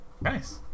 Nice